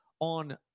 on